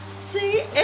See